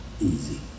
easy